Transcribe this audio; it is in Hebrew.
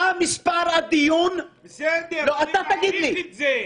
מה מספר הדיון --- בסדר, אני מעריך את זה.